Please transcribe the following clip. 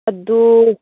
ꯑꯗꯨ